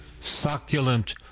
succulent